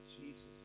Jesus